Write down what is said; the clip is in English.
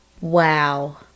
Wow